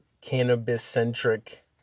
cannabis-centric